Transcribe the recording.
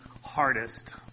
hardest